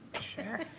Sure